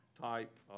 type